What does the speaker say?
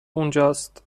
اونجاست